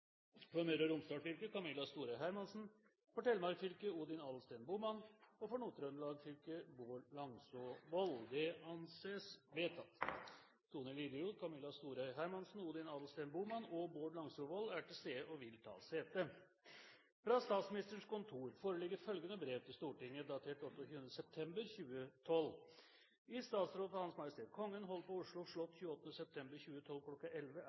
For Møre og Romsdal fylke: Camilla Storøy Hermansen For Telemark fylke: Odin Adelsten Bohmann For Nord-Trøndelag fylke: Bård Langsåvold – Det anses vedtatt. Vararepresentantene Tone Liljeroth, Camilla Storøy Hermansen, Odin Adelsten Bohmann og Bård Langsåvold er til stede og vil ta sete. Fra Statsministerens kontor foreligger følgende brev til Stortinget, datert 28. september 2012: «I statsråd for H.M. Kongen holdt på Oslo slott 28. september 2012